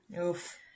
Oof